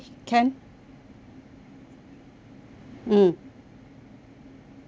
mm